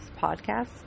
podcast